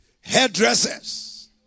Hairdressers